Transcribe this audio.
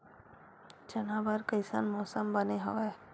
चना बर कइसन मौसम बने हवय?